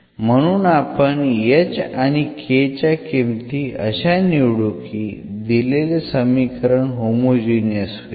म्हणून आपण h आणि k च्या किंमती अशा निवडू की दिलेले समीकरण होमोजिनियस होईल